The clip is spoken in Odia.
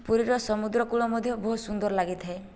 ପୁରୀର ସମୁଦ୍ରକୂଳ ମଧ୍ୟ ବହୁତ ସୁନ୍ଦର ଲାଗିଥାଏ